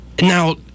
Now